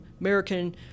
American